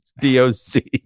D-O-C